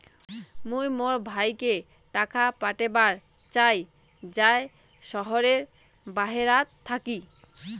মুই মোর ভাইকে টাকা পাঠাবার চাই য়ায় শহরের বাহেরাত থাকি